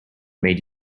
made